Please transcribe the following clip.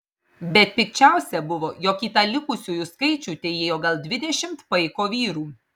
bet pikčiausia buvo jog į tą likusiųjų skaičių teįėjo gal dvidešimt paiko vyrų